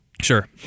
Sure